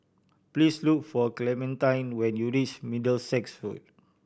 please look for Clementine when you reach Middlesex Road